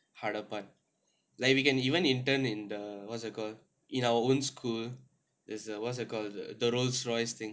hardest part like we can even intern in the what's that called in our own school is err what's that called the the Rolls Royce thing